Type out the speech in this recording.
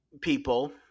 people